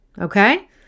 Okay